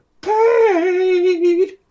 paid